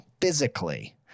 physically